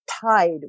tied